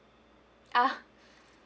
ah